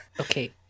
Okay